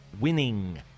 winning